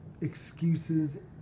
excuses